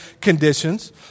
conditions